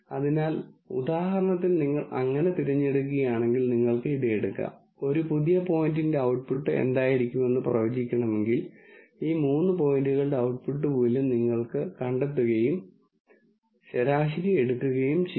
അതിനാൽ ഉദാഹരണത്തിന് നിങ്ങൾ അങ്ങനെ തിരഞ്ഞെടുക്കുകയാണെങ്കിൽ നിങ്ങൾക്ക് ഇത് എടുക്കാം ഒരു പുതിയ പോയിന്റിന്റെ ഔട്ട്പുട്ട് എന്തായിരിക്കുമെന്ന് പ്രവചിക്കണമെങ്കിൽ ഈ മൂന്ന് പോയിന്റുകളുടെ ഔട്ട്പുട്ട് മൂല്യം നിങ്ങൾക്ക് കണ്ടെത്തുകയും ശരാശരി എടുക്കുകയും ചെയ്യാം